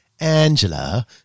Angela